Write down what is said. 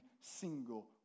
single